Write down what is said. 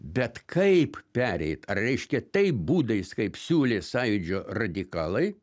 bet kaip pereit ar reiškia taip būdais kaip siūlė sąjūdžio radikalai